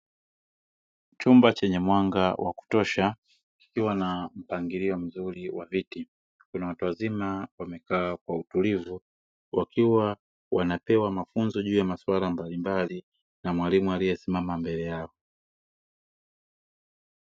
Chumba chenye mwanga wa kutosha kukiwa na mpangilio mzuri wa viti kuna watu wazima wamekaa kwa utulivu, wakiwa wanapewa mafunzo juu ya maswala mbalimbali na mwalimu aliyesimama mbele yao.